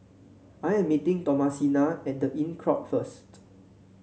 I am meeting Thomasina at The Inncrowd first